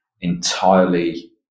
entirely